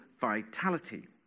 vitality